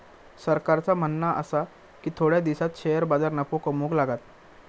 सरकारचा म्हणणा आसा की थोड्या दिसांत शेअर बाजार नफो कमवूक लागात